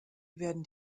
werden